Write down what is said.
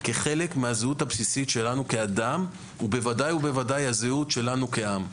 כחלק מהזהות הבסיסית שלנו כאדם ובוודאי ובוודאי הזהות שלנו כעם.